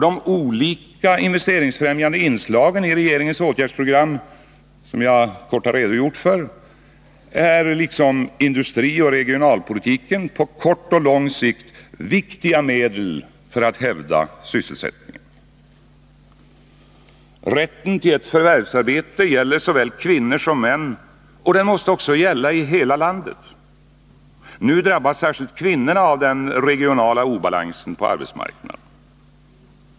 De olika investeringsfrämjande inslag i regeringens åtgärdsprogram som jag här kort har redogjort för är liksom industrioch regionalpolitiken, på kort och lång sikt, viktiga medel för att hävda sysselsättningen. Rätten till ett förvärvsarbete gäller såväl kvinnor som män och den måste också gälla i hela landet. Nu drabbas särskilt kvinnorna av den regionala obalansen på arbetsmarknaden.